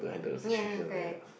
ya correct